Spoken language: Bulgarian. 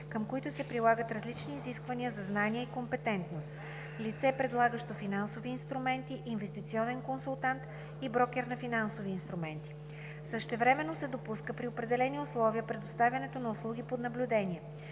към които се прилагат различни изисквания за знания и компетентност – лице, предлагащо финансови инструменти, инвестиционен консултант и брокер на финансови инструменти. Същевременно се допуска при определени условия предоставянето на услуги под наблюдение.